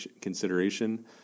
consideration